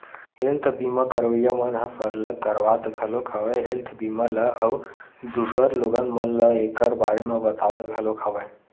health बीमा करवइया मन ह सरलग करवात घलोक हवय हेल्थ बीमा ल अउ दूसर लोगन मन ल ऐखर बारे म बतावत घलोक हवय